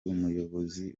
umuyobozi